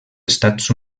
estats